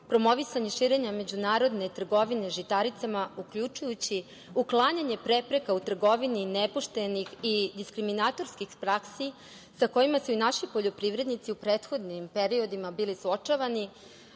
promovisanje širenja međunarodne trgovine žitaricama uključujući uklanjanje prepreka u trgovini nepoštenih i diskriminatorskih praksi sa kojima su naši poljoprivrednici u prethodnim periodima bili suočavani,